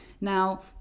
Now